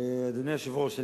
אדוני היושב-ראש,